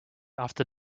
after